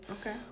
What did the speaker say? okay